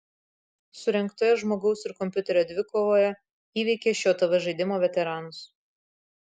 surengtoje žmogaus ir kompiuterio dvikovoje įveikė šio tv žaidimo veteranus